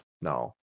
No